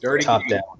top-down